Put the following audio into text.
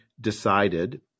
decided